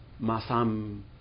masam